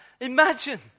imagine